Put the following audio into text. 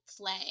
play